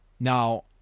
Now